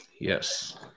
Yes